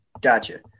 Gotcha